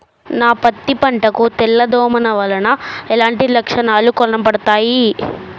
నా పత్తి పంట కు తెల్ల దోమ వలన ఎలాంటి లక్షణాలు కనబడుతాయి?